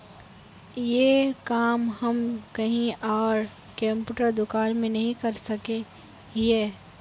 ये काम हम कहीं आर कंप्यूटर दुकान में नहीं कर सके हीये?